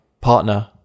partner